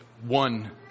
one